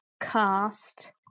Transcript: cast